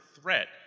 threat